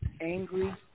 Angry